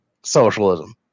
socialism